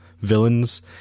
villains